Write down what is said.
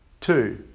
two